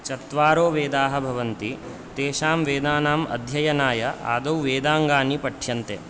चत्वारो वेदाः भवन्ति तेषां वेदानाम् अध्ययनाय आदौ वेदाङ्गानि पठ्यन्ते